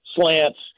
slants